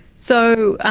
so,